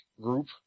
group